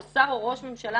או שר או ראש ממשלה,